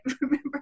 remember